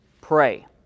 Pray